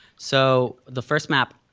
so the first map,